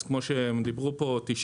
אז כמו שדיברו פה 90